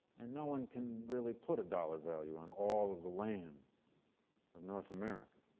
and no one can really put a dollar value on all of the land of north america.